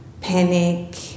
panic